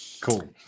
Cool